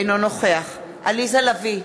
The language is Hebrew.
אינו נוכח עליזה לביא,